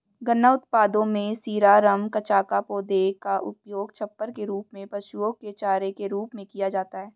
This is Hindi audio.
गन्ना उत्पादों में शीरा, रम, कचाका, पौधे का उपयोग छप्पर के रूप में, पशुओं के चारे के रूप में किया जाता है